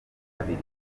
abiri